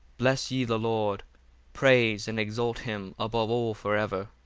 bless ye the lord praise and exalt him above all for ever.